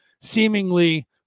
seemingly